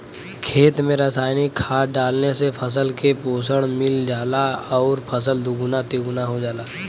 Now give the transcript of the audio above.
खेत में रासायनिक खाद डालले से फसल के पोषण मिल जाला आउर फसल दुगुना तिगुना हो जाला